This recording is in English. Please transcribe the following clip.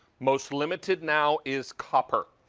most limited now is copper.